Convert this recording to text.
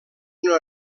una